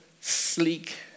sleek